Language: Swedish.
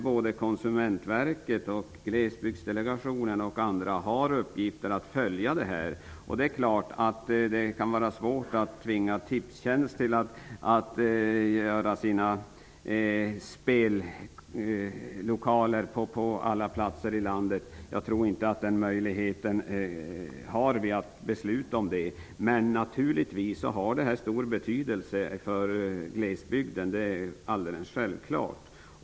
Både Konsumentverket och Glesbygdsdelegationen har uppgiften att följa utvecklingen. Det kan vara svårt att tvinga Tipstjänst till att ha spellokaler på alla platser i landet. Jag tror inte att vi har möjlighet att besluta om det. Naturligtvis har det stor betydelse för glesbygden. Det är alldeles självklart.